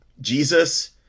Jesus